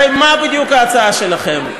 הרי מה בדיוק ההצעה שלכם?